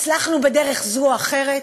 והצלחנו בדרך זו או אחרת,